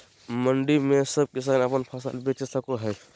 मंडी में सब किसान अपन फसल बेच सको है?